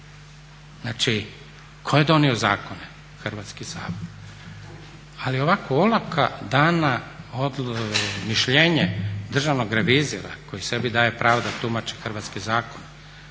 Znači tko je donio zakone? Hrvatski sabor. Ali ovako dana mišljenje državnog revizora koji sebi daje pravo da tumači hrvatske zakone